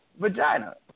vagina